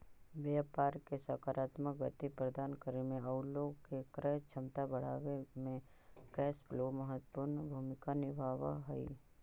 व्यापार के सकारात्मक गति प्रदान करे में आउ लोग के क्रय क्षमता बढ़ावे में कैश फ्लो महत्वपूर्ण भूमिका निभावऽ हई